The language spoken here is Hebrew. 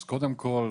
אז קודם כל ,